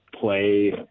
play –